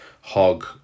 Hog